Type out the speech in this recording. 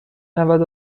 نود